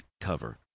cover